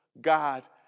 God